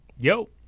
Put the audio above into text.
Yo